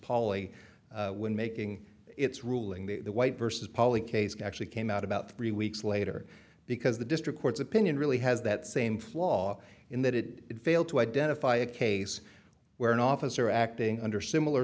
poly when making its ruling the white vs poly case actually came out about three weeks later because the district court's opinion really has that same flaw in that it failed to identify a case where an officer acting under similar